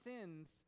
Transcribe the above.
sins